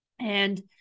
and-